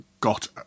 got